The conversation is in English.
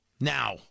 Now